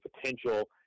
potential